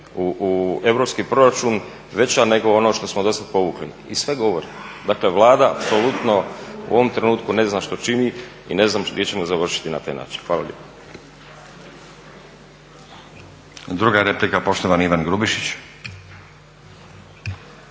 u europski proračun, veća nego ono što smo do sada povukli i sve govori. Dakle, Vlada apsolutno u ovom trenutku ne zna što čini ne znam gdje ćemo završiti na taj način. Hvala lijepo. **Stazić, Nenad (SDP)** Druga replika, poštovani Ivan Grubišić.